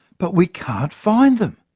but we can't find them.